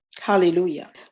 hallelujah